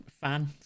fan